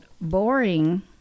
boring